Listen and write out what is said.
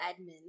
admin